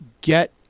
get